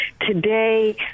Today